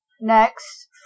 next